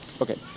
Okay